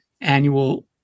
annual